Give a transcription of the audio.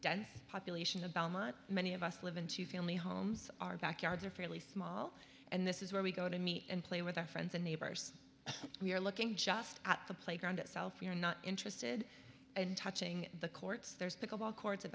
dense population about much many of us live in two family homes our backyards are fairly small and this is where we go to meet and play with our friends and neighbors we're looking just at the playground itself we're not interested in touching the courts there's pickle ball court